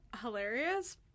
hilarious